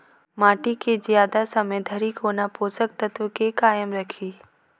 माटि केँ जियादा समय धरि कोना पोसक तत्वक केँ कायम राखि?